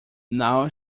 now